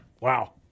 Wow